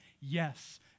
Yes